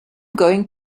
going